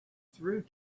through